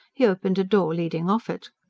he opened a door leading off it.